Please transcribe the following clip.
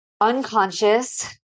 unconscious